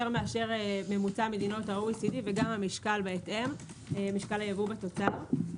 מאשר ממוצע מדינות ה-OECD וגם משקל הייבוא בתוצר בהתאם.